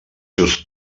seus